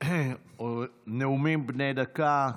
נאומים בני דקה.